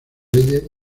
leyes